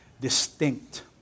distinct